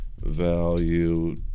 value